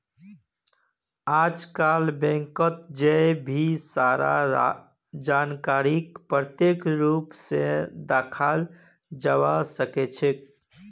आजकल बैंकत जय भी सारा जानकारीक प्रत्यक्ष रूप से दखाल जवा सक्छे